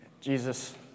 Jesus